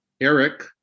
eric